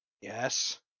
Yes